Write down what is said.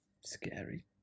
scary